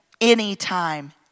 anytime